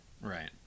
Right